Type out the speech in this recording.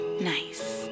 nice